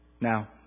Now